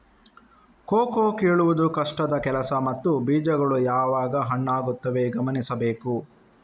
cocoa ಕೀಳುವುದು ಕಷ್ಟದ ಕೆಲಸ ಮತ್ತು ಬೀಜಗಳು ಯಾವಾಗ ಹಣ್ಣಾಗುತ್ತವೆ ಗಮನಿಸಬೇಕು